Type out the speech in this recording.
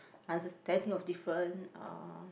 did I think of different uh